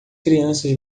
crianças